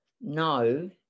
no